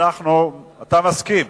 אתה מסכים.